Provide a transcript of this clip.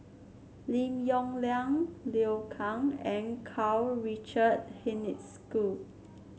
Lim Yong Liang Liu Kang and Karl Richard Hanit School